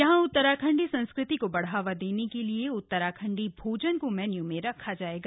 यहां उत्तराखंडी संस्कृति को बढ़ावा देने के लिए उत्तराखंडी भोजन को मेन्यू में रखा जायेगा